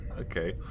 Okay